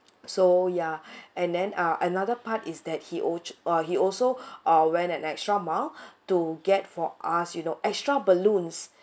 so ya and then uh another part is that he urged uh he also uh went an extra mile to get for us you know extra balloons